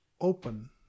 open